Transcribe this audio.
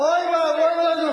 אוי ואבוי לנו,